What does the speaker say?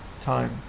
time